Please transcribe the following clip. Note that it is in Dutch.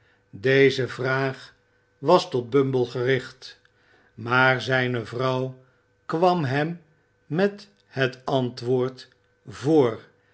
deze vraag was tot bumble gericht maar zijne vrouw kwam hem met het antwoord voor